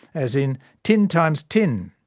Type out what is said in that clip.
as in tin times tin.